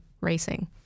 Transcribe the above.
racing